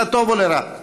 לטוב ולרע: